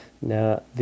Now